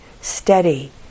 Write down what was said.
steady